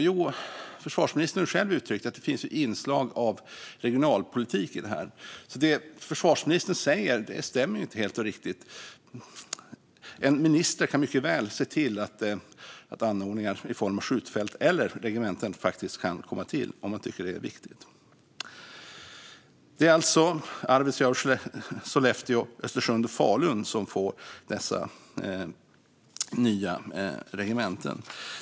Jo, försvarsministern har själv uttryckt att det finns inslag av regionalpolitik i detta. Så det försvarsministern säger stämmer inte riktigt. En minister kan mycket väl se till att anordningar i form av skjutfält eller regementen kommer till, om man tycker att det är viktigt. Det är Arvidsjaur, Skellefteå, Östersund och Falun som får dessa nya regementen.